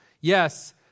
Yes